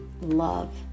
love